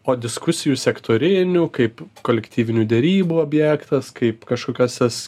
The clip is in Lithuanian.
o diskusijų sektorinių kaip kolektyvinių derybų objektas kaip kažkokioses